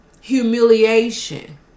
humiliation